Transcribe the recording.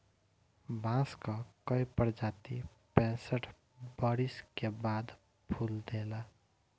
बांस कअ कई प्रजाति पैंसठ बरिस के बाद फूल देला